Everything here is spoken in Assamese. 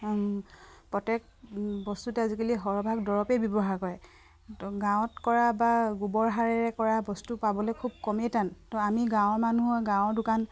প্ৰত্যেক বস্তুতে আজিকালি সৰহভাগ দৰৱেই ব্যৱহাৰ কৰে তো গাঁৱত কৰা বা গোবৰ সাৰেৰে কৰা বস্তু পাবলে খুব কমেই টান তো আমি গাঁৱৰ মানুহৰ গাঁৱৰ দোকান